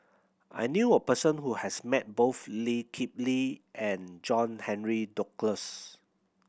I knew a person who has met both Lee Kip Lee and John Henry Duclos